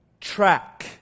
track